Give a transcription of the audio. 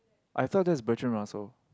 I thought that's Bertrand-Russell